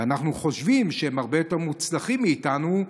אנחנו חושבים שהם הרבה יותר מוצלחים מאיתנו,